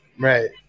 Right